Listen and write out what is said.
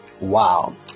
wow